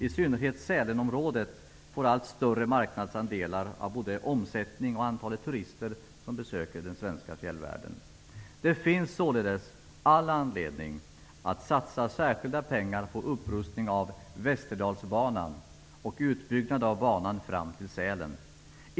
I synnerhet Sälenområdet får allt större marknadsandelar, både vad gäller omsättning och antalet turister som besöker den svenska fjällvärlden. Det finns således all anledning att satsa särskilda pengar på upprustning av Västerdalsbanan och utbyggnad av banan fram till Sälen.